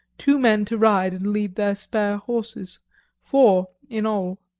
two men to ride and lead their spare horses four in all,